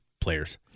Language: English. players